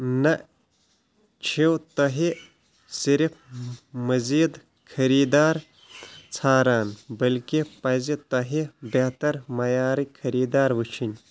نہ چھِو تۄہہِ صِرف مزیٖد خٔریٖدار ژھاران بلکہِ پزِ توہہِ بہتر معیارٕکۍ خٔریٖدار وٕچھنۍ